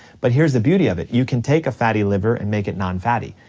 but here's the beauty of it, you can take a fatty liver and make it non fatty.